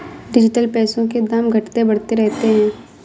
digital पैसों के दाम घटते बढ़ते रहते हैं